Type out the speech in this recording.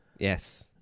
Yes